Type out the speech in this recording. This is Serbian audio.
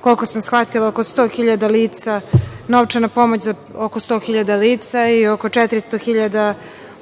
Koliko sam shvatila oko 100 hiljada lica, novčana pomoć za oko 100 hiljada lica i oko 400 hiljada